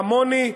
כמוני,